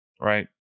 right